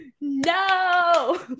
no